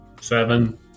Seven